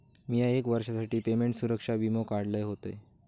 मिया एक वर्षासाठी पेमेंट सुरक्षा वीमो काढलय होतय